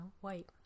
white